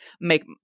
make